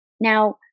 Now